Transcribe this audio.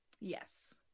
Yes